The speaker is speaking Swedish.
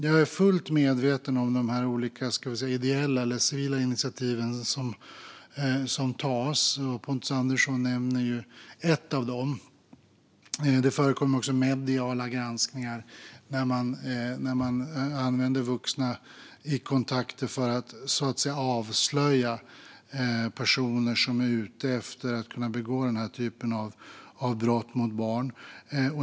Jag är fullt medveten om de olika ideella eller civila initiativ som tas. Pontus Andersson nämner ett av dem. Det förekommer också mediala granskningar där man använder vuxna i kontakter för att avslöja personer som är ute efter att kunna begå den här typen av brott mot barn.